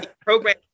Program